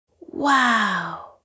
Wow